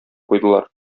куйдылар